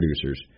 producers